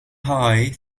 high